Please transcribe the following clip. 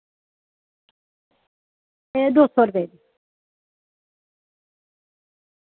एह् दो सौ रपेऽ